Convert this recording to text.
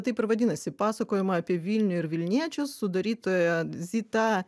taip ir vadinasi pasakojimai apie vilnių ir vilniečius sudarytoja zita